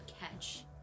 catch